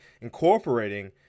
incorporating